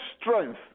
strength